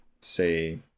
say